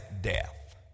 death